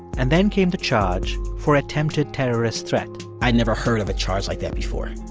and then came the charge for attempted terrorist threat i'd never heard of a charge like that before,